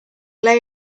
lay